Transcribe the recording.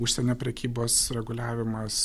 užsienio prekybos reguliavimas